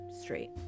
straight